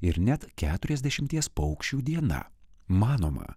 ir net keturiasdešimties paukščių diena manoma